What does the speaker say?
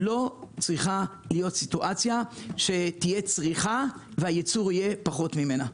לא צריכה להיות סיטואציה שתהיה צריכה והייצור יהיה פחות ממנה.